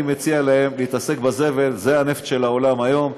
אני מציע להם להתעסק בזבל, זה הנפט של העולם היום.